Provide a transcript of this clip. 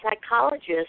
psychologist